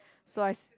so I